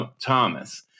Thomas